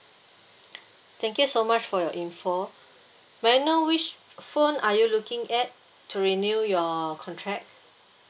thank you so much for your info may I know which phone are you looking at to renew your contract